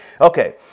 Okay